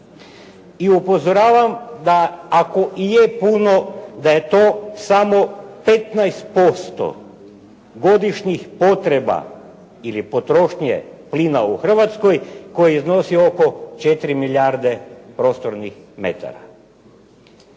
I upozoravam da ako i je puno da je to samo 15% godišnjih potreba ili potrošnje plina u Hrvatskoj koje iznosi oko 4 milijarde prostornih metara.